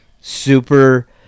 super